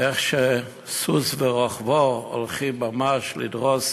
איך שסוס ורוכבו הולכים ממש לדרוס